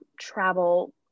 travel